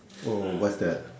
so what's that